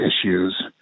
issues